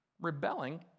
rebelling